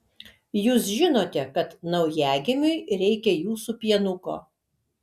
jūs žinote kad naujagimiui reikia jūsų pienuko